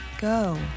go